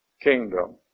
kingdom